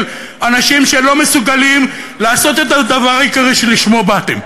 של אנשים שלא מסוגלים לעשות את הדבר העיקרי שלשמו באתם,